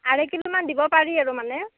আঢ়ৈ কিলোমান দিব পাৰি আৰু মানে